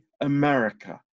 America